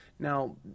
Now